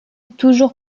toujours